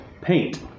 Paint